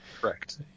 Correct